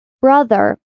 Brother